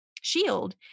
shield